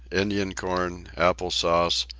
indian corn, apple-sauce,